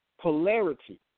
polarity